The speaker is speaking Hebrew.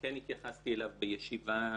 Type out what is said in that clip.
כן התייחסתי אליו בישיבה